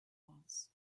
was